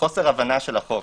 חוסר הבנה של החוק.